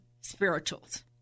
spirituals